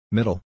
Middle